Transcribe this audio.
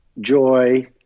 joy